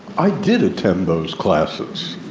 i did attend those classes!